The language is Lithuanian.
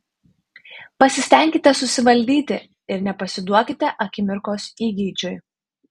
pasistenkite susivaldyti ir nepasiduokite akimirkos įgeidžiui